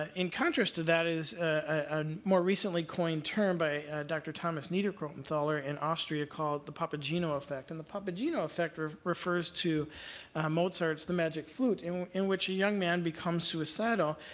ah in contrast to that is a more recently coined term by dr. thomas niederkrotenthaler in austria called the papageno effect. and the papageno effect refers to mozart's the magic flute and in which young man becomes suicidal,